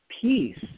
peace